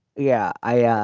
yeah i. yeah